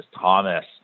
Thomas